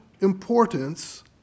importance